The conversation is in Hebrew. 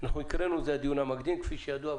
קראנו לזה דיון מקדים; כפי שידוע,